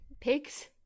pigs